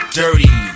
dirty